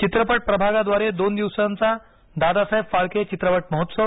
चित्रपट प्रभागाद्वारे दोन दिवसांचा दादासाहेब फाळके चित्रपट महोत्सव